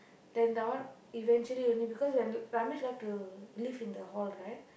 then that one eventually only because Ramesh like to live in the hall right